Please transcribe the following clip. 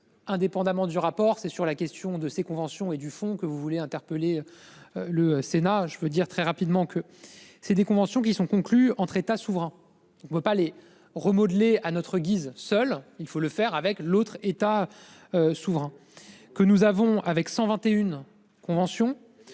Indépendamment du rapport, c'est sur la question de ces conventions et du fond que vous voulez interpeller. Le Sénat, je veux dire très rapidement que c'est des conventions qui sont conclues entre États souverains. On ne peut pas les remodeler à notre guise, seul, il faut le faire avec l'autre état. Souverain que nous avons avec 121 convention